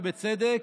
ובצדק,